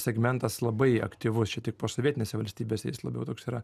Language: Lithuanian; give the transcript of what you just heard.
segmentas labai aktyvus čia tik posovietinėse valstybėse jis labiau toks yra